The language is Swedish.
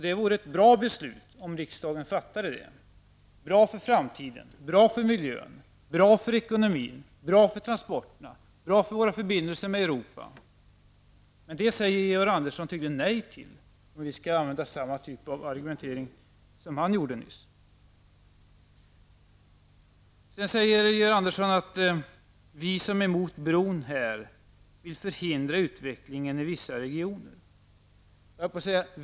Det vore ett bra beslut om riksdagen antog det. Det vore bra för framtiden, bra för miljön, bra för ekonomin, bra för transporterna och bra för våra förbindelser med Europa. Men det beslutet säger tydligen Georg Andersson nej till, om vi skall använda samma typ av argumentering som han gjorde nyss. Georg Andersson säger att vi som är mot bron vill förhindra utveckling av vissa regioner.